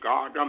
God